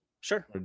sure